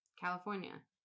California